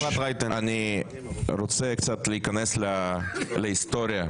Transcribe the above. אני רוצה להיכנס להיסטוריה.